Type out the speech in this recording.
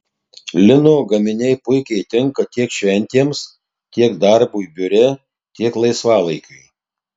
lino gaminiai puikiai tinka tiek šventėms tiek darbui biure tiek laisvalaikiui